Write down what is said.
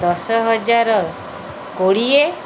ଦଶ ହଜାର କୋଡ଼ିଏ